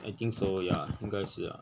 I think so ya 应该是 ah